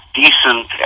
decent